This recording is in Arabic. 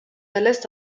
لست